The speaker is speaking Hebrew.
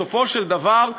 בסופו של דבר,